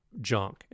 junk